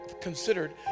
considered